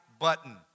button